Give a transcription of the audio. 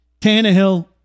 Tannehill